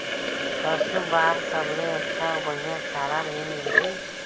पशु बार सबले अच्छा अउ बढ़िया चारा ले मिलही?